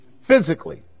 physically